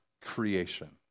creation